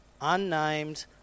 unnamed